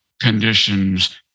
conditions